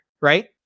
right